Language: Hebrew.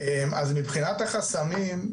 אז מבחינת החסמים,